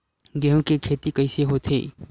गेहूं के खेती कइसे होथे?